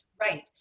Right